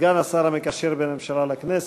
סגן השר המקשר בין הממשלה לכנסת,